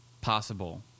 possible